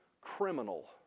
criminal